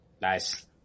Nice